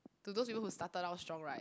to those people who started out strong right